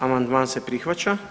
Amandman se prihvaća.